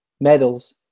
medals